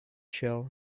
shell